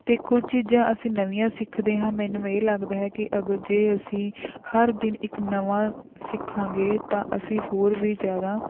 ਅਤੇ ਕੁਝ ਚੀਜ਼ਾਂ ਅਸੀਂ ਨਵੀਆਂ ਸਿੱਖਦੇ ਹਾਂ ਮੈਨੂੰ ਇਹ ਲੱਗਦਾ ਹੈ ਕਿ ਅਗਰ ਜੇ ਅਸੀਂ ਹਰ ਦਿਨ ਇੱਕ ਨਵਾਂ ਸਿਖਾਂਗੇ ਤਾਂ ਅਸੀਂ ਹੋਰ ਵੀ ਜ਼ਿਆਦਾ